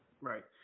Right